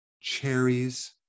cherries